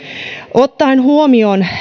ottaen huomioon